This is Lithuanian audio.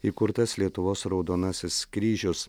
įkurtas lietuvos raudonasis kryžius